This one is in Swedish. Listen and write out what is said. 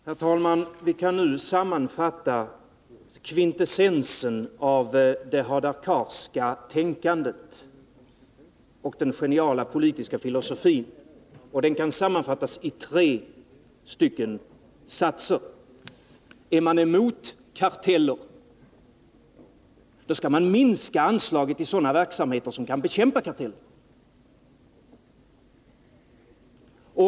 Herr talman! Vi kan nu sammanfatta kvintessensen av det Hadar Carsska tänkandet och hans geniala politiska filosofi i tre satser: Är man emot karteller, då skall man minska anslaget till sådana verksamheter som kan bekämpa kartellerna.